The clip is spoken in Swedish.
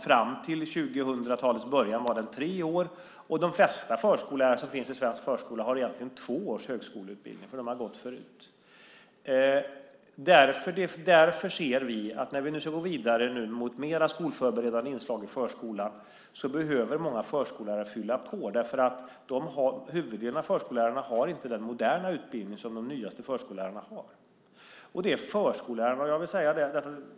Fram till 2000-talets början var den tre år, och de flesta förskollärare som finns i svensk förskola har egentligen två års högskoleutbildning, för de har gått den förut. När vi nu ska gå vidare mot mer skolförberedande inslag i förskolan behöver många förskollärare fylla på, därför att huvuddelen av förskollärarna har inte den moderna utbildning som de nyaste förskollärarna har.